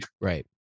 Right